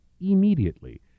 immediately